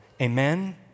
Amen